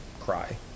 cry